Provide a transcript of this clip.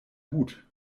hut